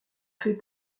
fait